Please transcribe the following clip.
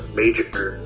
major